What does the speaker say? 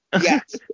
Yes